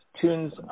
tunes